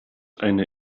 einer